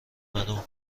منو